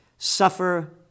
suffer